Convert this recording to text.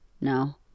No